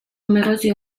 numerosi